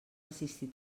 assistir